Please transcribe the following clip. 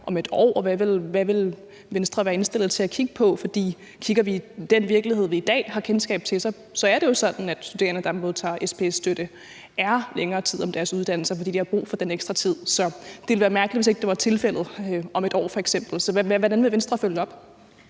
om et år? Hvad vil Venstre være indstillet på at kigge på? For kigger vi på den virkelighed, vi i dag har kendskab til, så er det jo sådan, at studerende, der modtager SPS-støtte, er længere tid om deres uddannelser, fordi de har brug for den ekstra tid. Så det ville være mærkeligt, hvis det ikke var tilfældet om et år f.eks. Så hvordan vil Venstre følge det